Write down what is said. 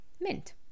mint